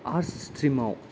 arts stream आव